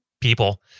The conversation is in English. people